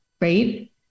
right